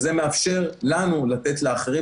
וזה מאפשר לנו לתת לאחרים.